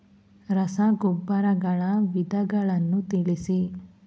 ರಸಗೊಬ್ಬರಗಳ ವಿಧಗಳನ್ನು ತಿಳಿಸಿ?